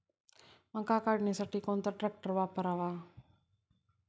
मका काढणीसाठी कोणता ट्रॅक्टर वापरावा?